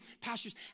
pastures